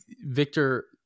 Victor